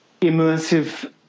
immersive